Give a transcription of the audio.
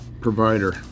provider